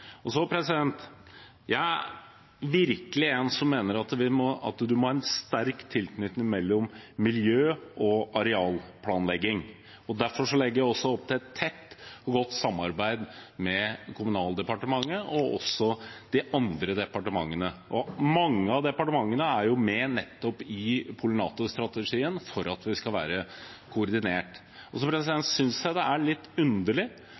Jeg er virkelig en som mener at en må ha en sterk forbindelse mellom miljø og arealplanlegging. Derfor legger jeg også opp til et tett og godt samarbeid med Kommunaldepartementet og også de andre departementene. Mange av departementene er med nettopp i pollinatorstrategien for at vi skal være koordinert. Jeg synes den kritikken som kommer fra Stortinget om at plan- og bygningsloven nå er i Kommunaldepartementet, er litt underlig,